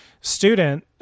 student